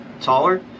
taller